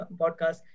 podcast